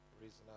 Reasonable